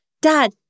dad